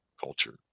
culture